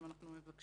אנחנו בעצם מבקשים